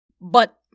But-